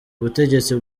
butegetsi